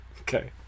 Okay